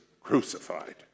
crucified